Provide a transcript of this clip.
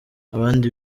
abandi